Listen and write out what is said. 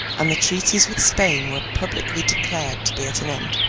and the treaties with spain were publicly declared to be at an end.